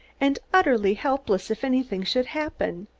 and utterly helpless if anything should happen.